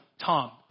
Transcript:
Tom